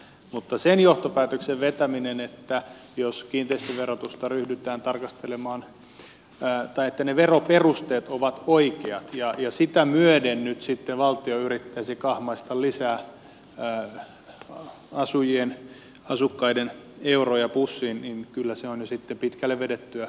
mutta sen johtopäätöksen vetäminen että jos kiinteistöverotusta ryhdytään tarkastelemaan tai että ne veroperusteet ovat oikeat ja sitä myöden nyt sitten valtio yrittäisi kahmaista lisää asukkaiden euroja pussiin niin kyllä se on jo sitten pitkälle vedettyä johtopäätöstä